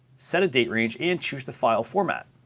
set a date range and choose the file format.